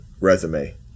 resume